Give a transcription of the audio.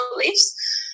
beliefs